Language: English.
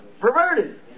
perverted